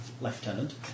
lieutenant